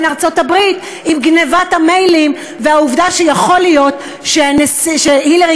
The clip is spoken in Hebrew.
ארצות-הברית עם גנבת המיילים והעובדה שיכול להיות שהילרי